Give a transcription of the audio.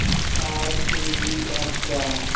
RTGS क्या है?